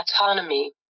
autonomy